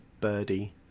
birdie